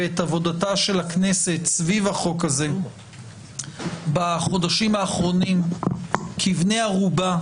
ואת עבודתה של הכנסת סביב החוק הזה בחודשים האחרונים כבני ערובה,